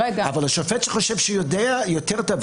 אבל השופט חשב שהוא יודע יותר את הבעיה